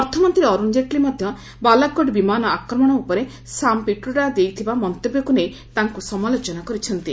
ଅର୍ଥମନ୍ତ୍ରୀ ଅର୍ଚ୍ଚଣ ଜେଟଲୀ ମଧ୍ୟ ବାଲାକୋଟ୍ ବିମାନ ଆକ୍ରମଣ ଉପରେ ସାମ୍ ପିଟ୍ରୋଡା ଦେଇଥିବା ମନ୍ତବ୍ୟକ୍ ନେଇ ତାଙ୍କୁ ସମାଲୋଚନା କରିଛନ୍ତି